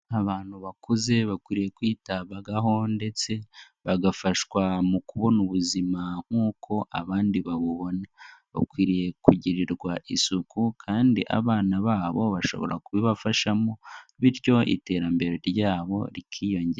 Abantu bakuze bakwiriye kwitabwaho ndetse bagafashwa mu kubona ubuzima nk'uko abandi babubona, bakwiriye kugirirwa isuku kandi abana babo bashobora kubibafashamo bityo iterambere ryabo rikiyongera.